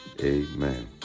Amen